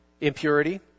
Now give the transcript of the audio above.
impurity